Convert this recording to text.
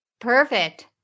Perfect